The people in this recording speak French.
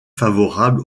favorable